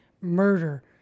murder